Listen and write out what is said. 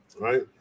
Right